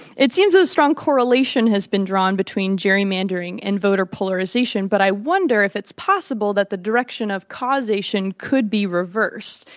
it seems a strong correlation has been drawn between gerrymandering and voter polarization. but i wonder if it's possible that the direction of causation could be reversed.